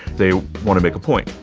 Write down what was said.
they want to make a point.